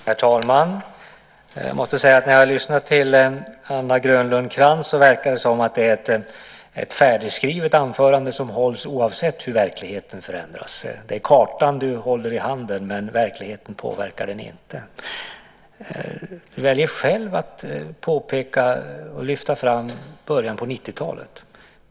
Herr talman! När jag lyssnar till Anna Grönlund Krantz verkar det som att det är ett färdigskrivet anförande som hålls oavsett hur verkligheten förändras. Det är kartan som du håller i handen, men verkligheten påverkar den inte. Du väljer själv att påpeka och lyfta fram början på 90-talet.